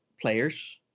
players